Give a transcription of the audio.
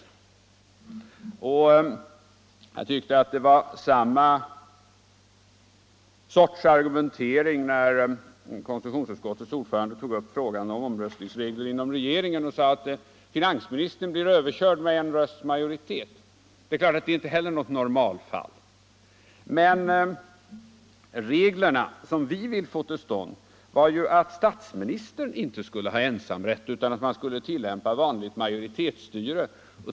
22 oktober 1975 Jag tycker att det var samma sorts argumentering som användes då I konstitutionsutskottets ordförande tog upp frågan om omröstningsregler — Vissa grundlagsfråinom regeringen och sade att finansministern kunde bli överkörd med = gor en rösts majoritet. Det är inte heller något normalfall. Men de regler vi vill få till stånd är att statsministern inte skulle få ensamrätt utan att man skulle tillämpa vanligt majoritetsstyre.